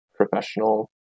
professional